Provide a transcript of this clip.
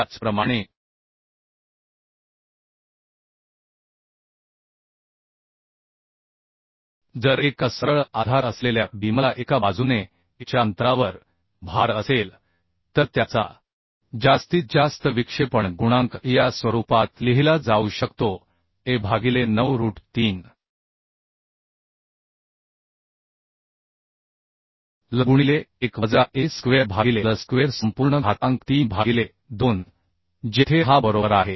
त्याचप्रमाणे जर एका सरळ आधार असलेल्या बीमला एका बाजूने a च्या अंतरावर भार असेल तर त्याचा जास्तीत जास्त विक्षेपण गुणांक या स्वरूपात लिहिला जाऊ शकतो a भागिले 9 रूट 3 L गुणिले 1 वजा a स्क्वेअर भागिले L स्क्वेअर संपूर्ण घातांक 3 भागिले 2 जेथे हा बरोबर आहे